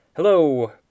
Hello